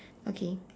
okay